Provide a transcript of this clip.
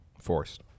forced